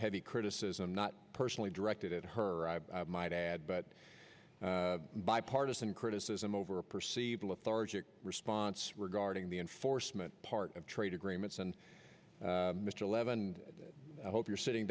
heavy criticism not personally directed at her i might add but bipartisan criticism over a perceived lethargic response regarding the enforcement part of trade agreements and mr leavened i hope you're sitting